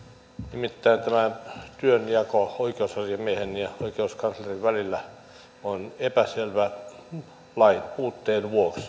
nimittäin tämä työnjako oikeusasiamiehen ja oikeuskanslerin välillä on epäselvä lain puutteen vuoksi